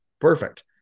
Perfect